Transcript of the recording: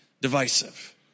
divisive